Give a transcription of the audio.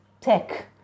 tech